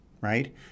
right